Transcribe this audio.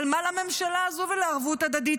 אבל מה לממשלה הזו ולערבות הדדית?